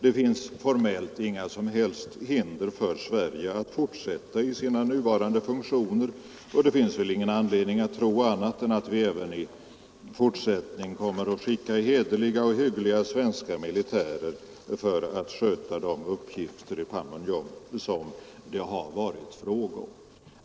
Det finns formellt inga hinder för Sverige att fortsätta i sina nuvarande funktioner, och det finns väl ingen anledning att tro annat än att vi även i fortsättningen kommer att sända hederliga och hyggliga svenska militärer för att sköta de uppgifter i Panmunjom som det hittills har varit fråga om.